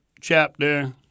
chapter